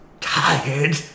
tired